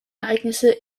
ereignisse